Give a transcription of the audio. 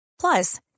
Plus